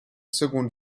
seconde